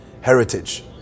heritage